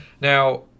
Now